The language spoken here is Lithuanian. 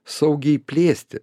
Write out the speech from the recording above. saugiai plėsti